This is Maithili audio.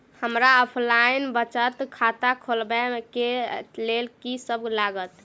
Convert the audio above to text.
हमरा ऑफलाइन बचत खाता खोलाबै केँ लेल की सब लागत?